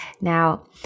Now